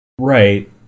Right